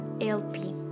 LP